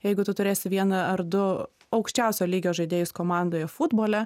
jeigu tu turės vieną ar du aukščiausio lygio žaidėjus komandoje futbole